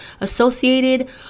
associated